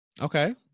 Okay